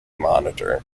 monitor